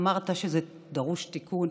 אמרת שזה דורש תיקון.